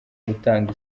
gutanga